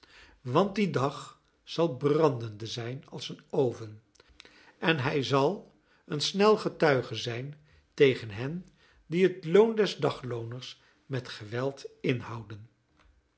want die dag zal brandende zijn als een oven en hij zal een snel getuige zijn tegen hen die het loon des daglooners met geweld inhouden